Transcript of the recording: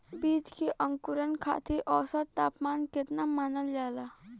बीज के अंकुरण खातिर औसत तापमान केतना मानल जाला?